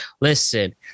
Listen